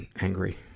angry